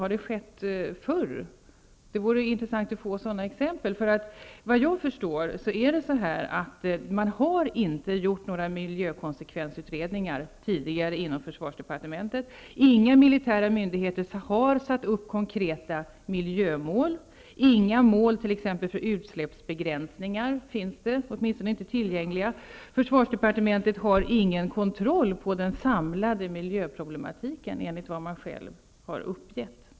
Har det skett förr? Det vore intressant att få sådana exempel. Enligt vad jag förstår har man tidigare inte gjort några miljökonsekvensutredningar inom försvarsdepartementet. Inga militära myndigheter har satt upp konkreta miljömål. Det finns inga mål för t.ex. utsläppsbegränsningar, åtminstone finns de inte tillgängliga. Försvarsdepartementet har ingen kontroll över den samlade miljöproblematiken enligt vad man själv uppgivit.